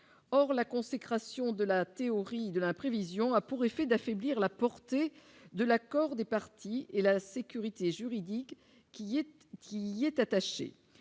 or la consécration de la théorie de la prévision a pour effet d'affaiblir la portée de l'accord des parties et la sécurité juridique qui est, qui est attachée